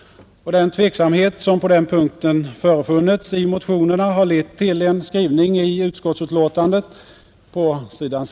Den tveksamhet som på den punkten = i program för en förefunnits i motionerna har lett till en skrivning i utskottsutlåtandet på europeisk stors.